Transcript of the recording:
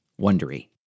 Wondery